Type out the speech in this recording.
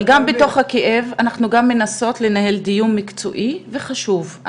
אבל גם בתוך הכאב אנחנו מנסות לנהל דיון מקצועי וחשוב.